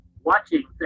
watching